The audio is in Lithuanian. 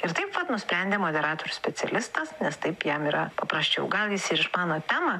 ir taip vat nusprendė moderatorius specialistas nes taip jam yra paprasčiau gal jis ir išmano temą